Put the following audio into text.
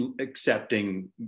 accepting